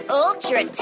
ultra